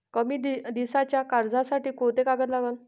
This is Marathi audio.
कमी दिसाच्या कर्जासाठी कोंते कागद लागन?